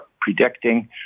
predicting